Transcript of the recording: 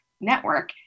network